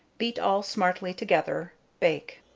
beat all smartly together, bake.